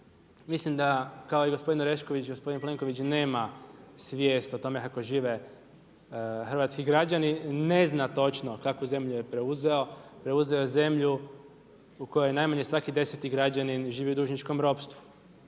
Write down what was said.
Mislim da kao i gospodin Orešković, gospodin Plenković nema svijest o tome kako je žive hrvatski građani, ne zna točno kakvu zemlju je preuzeo, preuzeo je zemlju u kojoj najmanje svaki deseti građanin živi u dužničkom ropstvu,